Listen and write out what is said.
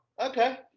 Okay